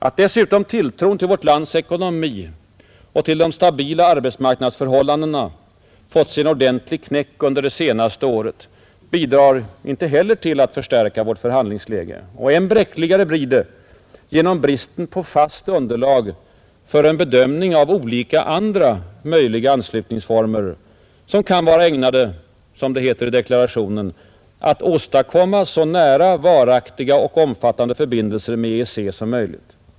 Att dessutom tilltron till vårt lands ekonomi och till de stabila arbetsmarknadsförhållandena fått sig en ordentlig knäck under det senaste året bidrar inte heller till att förstärka vårt förhandlingsläge. Än bräckligare blir det genom bristen på fast underlag för en bedömning av andra möjliga anslutningsformer, ägnade att — som det heter i deklarationen — åstadkomma så ”nära, varaktiga och omfattande förbindelser” med EEC som möjligt.